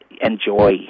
enjoy